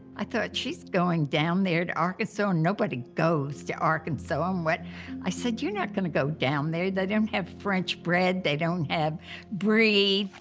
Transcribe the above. i thought, she's going down there to arkansas? nobody goes to arkansas. um i said, you're not gonna go down there. they don't have french bread, they don't have brie.